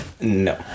No